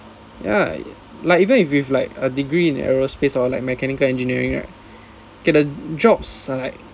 ya like even if with like a degree in aerospace or like mechanical engineering right get the jobs are like